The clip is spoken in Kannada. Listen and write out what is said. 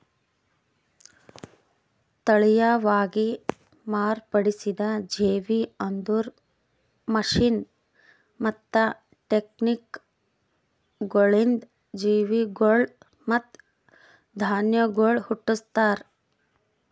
ತಳಿಯವಾಗಿ ಮಾರ್ಪಡಿಸಿದ ಜೇವಿ ಅಂದುರ್ ಮಷೀನ್ ಮತ್ತ ಟೆಕ್ನಿಕಗೊಳಿಂದ್ ಜೀವಿಗೊಳ್ ಮತ್ತ ಧಾನ್ಯಗೊಳ್ ಹುಟ್ಟುಸ್ತಾರ್